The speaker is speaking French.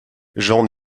j’en